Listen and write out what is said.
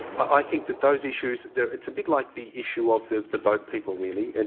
i think that those issues they're it's a bit like the issue of the the boat people really. and